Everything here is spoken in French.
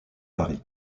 paris